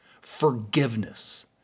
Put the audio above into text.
forgiveness